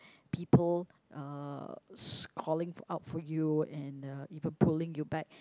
people uh scowling out for you and uh even pulling you back